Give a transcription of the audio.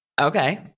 okay